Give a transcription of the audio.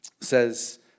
says